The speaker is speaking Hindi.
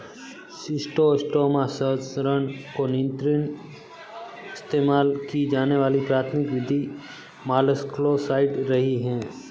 शिस्टोस्टोमा संचरण को नियंत्रित इस्तेमाल की जाने वाली प्राथमिक विधि मोलस्कसाइड्स रही है